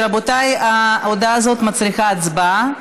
רבותיי, ההודעה הזאת מצריכה הצבעה,